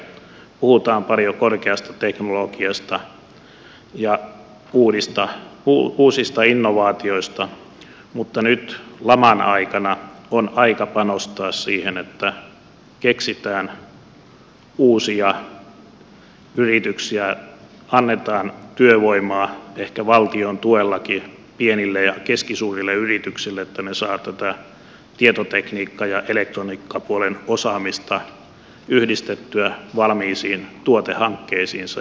puhutaan paljon korkeasta teknologiasta ja uusista innovaatioista mutta nyt laman aikana on aika panostaa siihen että keksitään uusia yrityksiä annetaan työvoimaa ehkä valtion tuellakin pienille ja keskisuurille yrityksille että ne saavat tätä tietotekniikka ja elektroniikkapuolen osaamista yhdistettyä valmiisiin tuotehankkeisiinsa